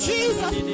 Jesus